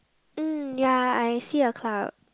um ya I see a club